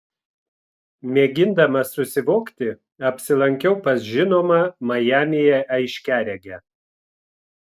mėgindama susivokti apsilankiau pas žinomą majamyje aiškiaregę